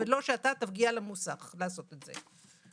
ולא שאתה תגיע למוסך לעשות את זה.